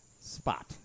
spot